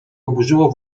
oburzyło